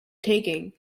taking